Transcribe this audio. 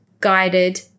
guided